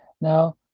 Now